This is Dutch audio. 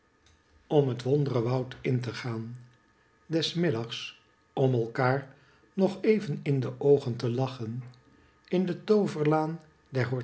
om het wondere woud in te gaan des middags om clkaar nog even in de oogen te lachen in de